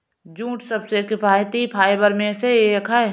jute सबसे किफायती fibre में से एक है